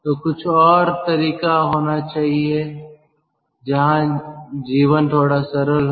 तो कुछ और तरीका होना चाहिए जहाँ जीवन थोड़ा सरल हो